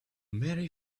marry